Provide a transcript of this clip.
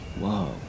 Whoa